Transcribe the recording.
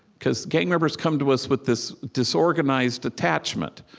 because gang members come to us with this disorganized attachment.